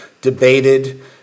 debated